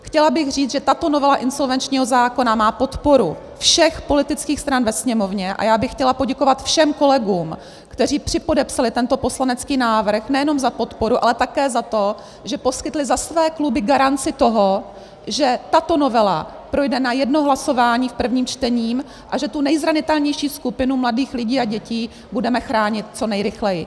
Chtěla bych říct, že tato novela insolvenčního zákona má podporu všech politických stran ve Sněmovně, a chtěla bych poděkovat všem kolegům, kteří připodepsali tento poslanecký návrh, nejenom za podporu, ale také za to, že poskytli za své kluby garanci toho, že tato novela projde na jedno hlasování prvním čtením a že tu nejzranitelnější skupinu mladých lidí a děti budeme chránit co nejrychleji.